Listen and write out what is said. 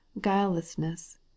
guilelessness